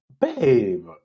Babe